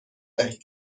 دهید